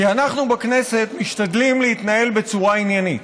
כי אנחנו בכנסת משתדלים להתנהל בצורה עניינית.